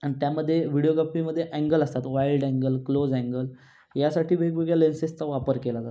आणि त्यामध्ये व्हिडीओग्राफीमध्ये अँगल असतात वाईल्ड अँगल क्लोज अँगल यासाठी वेगवेगळे लेन्सेसचा वापर केला जातो